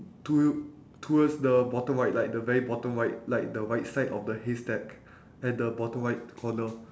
to~ towards the bottom right like the very bottom right like the right side of the haystack at the bottom right corner